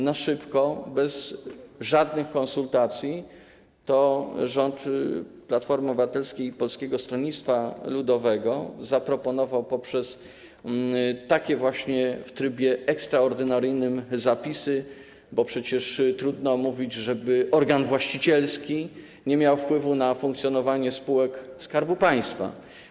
Na szybko, bez żadnych konsultacji rząd Platformy Obywatelskiej i Polskiego Stronnictwa Ludowego zaproponował w trybie ekstraordynaryjnym zapisy, bo przecież trudno mówić, żeby organ właścicielski nie miał wpływu na funkcjonowanie spółek Skarbu Państwa.